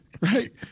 Right